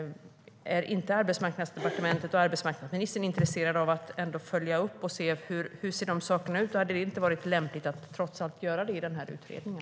Är inte Arbetsmarknadsdepartementet och arbetsmarknadsministern intresserade av att följa upp detta och se hur de sakerna ser ut? Och hade det inte varit lämpligt, trots allt, att göra det i den här utredningen?